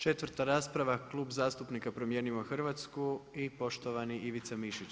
Četvrta rasprava, Klub zastupnika Promijenimo Hrvatsku i poštovani Ivica Mišić.